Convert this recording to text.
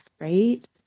right